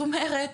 את אומרת,